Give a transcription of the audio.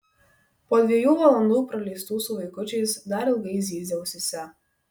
po dviejų valandų praleistų su vaikučiais dar ilgai zyzė ausyse